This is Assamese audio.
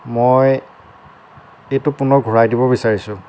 মই এইটো পুনৰ ঘূৰাই দিব বিচাৰিছোঁ